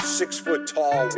six-foot-tall